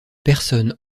personne